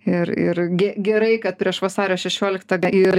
ir ir ge gerai kad prieš vasario šešioliktą ir